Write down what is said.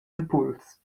impuls